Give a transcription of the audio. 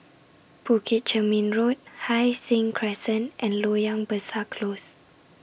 Bukit Chermin Road Hai Sing Crescent and Loyang Besar Close